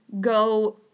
Go